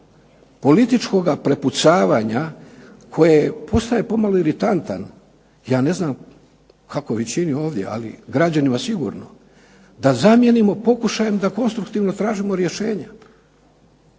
političkoga prepucavanja koji postaje pomalo iritantan. Ja ne znam kako većini ovdje, ali građanima sigurno, da zamijenimo pokušajem da konstruktivno tražimo rješenja.